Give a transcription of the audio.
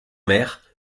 mer